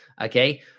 Okay